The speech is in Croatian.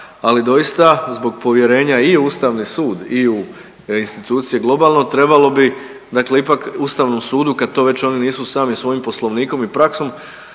ali doista zbog povjerenja i u Ustavni sud i u institucije globalno, trebalo bi dakle ipak Ustavnom sudu, kad to već oni nisu sami svojim poslovnikom i praksom,